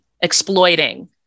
exploiting